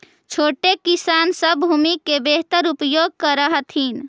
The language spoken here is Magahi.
छोटे किसान सब भूमि के बेहतर उपयोग कर हथिन